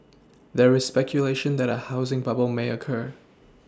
there is speculation that a housing bubble may occur